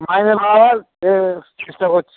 মাইনে বাড়ার এ চেষ্টা করছি